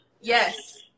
yes